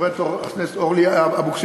חברת הכנסת אורלי לוי אבקסיס,